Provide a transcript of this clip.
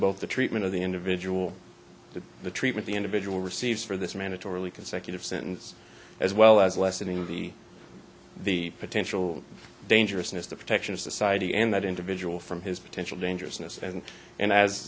both the treatment of the individual to the treatment the individual receives for this mandatorily consecutive sentence as well as lessening the the potential dangerousness the protection of society and that individual from his potential dangerousness and and as